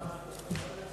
רבותי,